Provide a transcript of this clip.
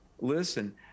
Listen